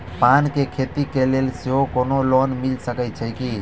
पान केँ खेती केँ लेल सेहो कोनो लोन मिल सकै छी की?